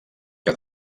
que